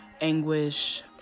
anguish